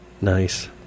Nice